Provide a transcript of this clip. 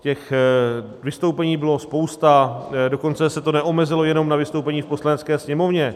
Těch vystoupení byla spousta, dokonce se to neomezilo jenom na vystoupení v Poslanecké sněmovně.